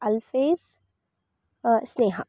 ಅಲ್ಫೇಸ್ ಸ್ನೇಹ